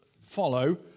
follow